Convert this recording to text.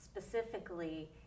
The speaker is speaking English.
Specifically